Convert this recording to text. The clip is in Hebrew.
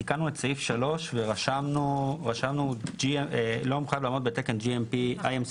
תיקנו את סעיף (3) ורשמנו שלא מחויב לעמוד בתקן GMP-IMC,